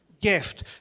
gift